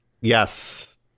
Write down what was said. yes